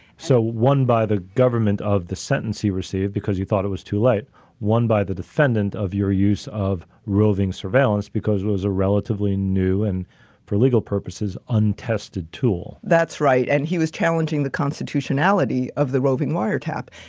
so, one by the government of the sentence he received because he thought it was too late one by the defendant of your use of roving surveillance because it was a relatively new and for legal purposes, untested tool. that's right. and he was challenging the constitutionality of the roving wiretap.